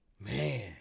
man